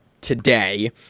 today